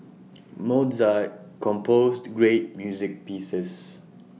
Mozart composed great music pieces